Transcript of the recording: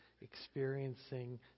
experiencing